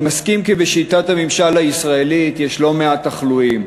אני מסכים כי בשיטת הממשל הישראלית יש לא מעט תחלואים,